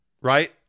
right